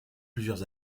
plusieurs